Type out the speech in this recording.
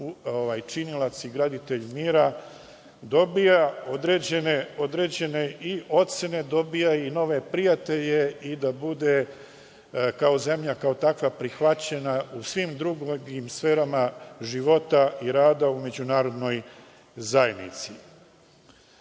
činilac i graditelj mira dobija određene ocene, dobija i nove prijatelje i da bude kao zemlja, kao takva prihvaćena u svim drugim sferama života i rada u međunarodnoj zajednici. Prema